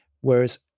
whereas